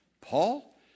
Paul